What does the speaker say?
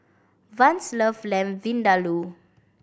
Vance love Lamb Vindaloo